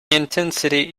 intensity